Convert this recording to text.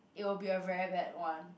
you will be a very bad one